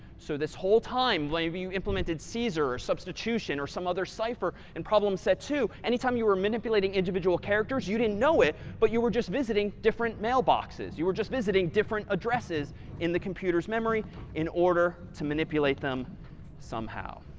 so this whole time, whenever you implemented caesar, or substitution, or some other cipher in problem set two, anytime you were manipulating individual characters you didn't know it but you were just visiting different mailboxes. you were just visiting different addresses in the computer's memory in order to manipulate them somehow.